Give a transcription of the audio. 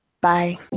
Bye